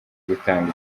gutanga